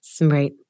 Right